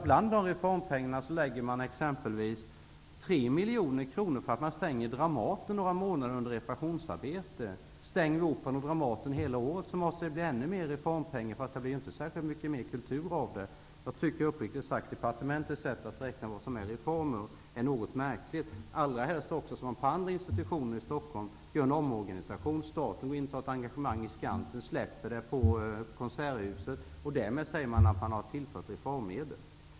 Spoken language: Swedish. Bland dessa reformpengar avsätts 3 miljoner kronor för att stänga Dramaten under några månader för reparationsarbete. Om Operan och Dramaten stängs hela året måste det bli ännu mera reformpengar. Men det blir inte särskilt mycket mer kultur av det. Jag tycker uppriktigt sagt att departementets sätt att räkna på vad som är reformer är något märkligt, allra helst som det görs omorganisationer på andra institutioner i Stockholm. Staten engagerar sig i Skansen, men släpper engagemanget i Konserthuset. Därmed har reformmedel tillförts.